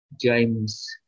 James